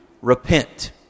Repent